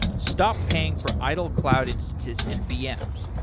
stop paying for idle cloud instances and vms.